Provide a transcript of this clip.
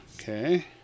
Okay